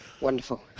Wonderful